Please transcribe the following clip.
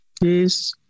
Yes